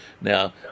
Now